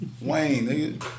Wayne